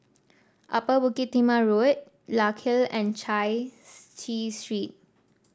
Upper Bukit Timah Road Larkhill Road and Chai Chee Street